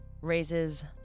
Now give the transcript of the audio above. raises